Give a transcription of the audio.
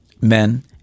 men